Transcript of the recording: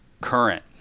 current